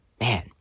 Man